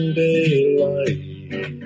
daylight